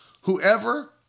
Whoever